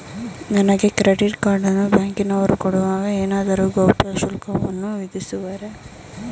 ನನಗೆ credit card ಅನ್ನು ಬ್ಯಾಂಕಿನವರು ಕೊಡುವಾಗ ಏನಾದರೂ ಗೌಪ್ಯ ಶುಲ್ಕವನ್ನು ವಿಧಿಸುವರೇ?